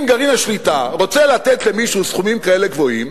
אם גרעין השליטה רוצה לתת למישהו סכומים כאלה גבוהים,